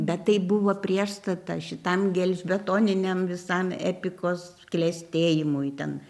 bet tai buvo priešstata šitam gelžbetoniniam visam epikos klestėjimui ten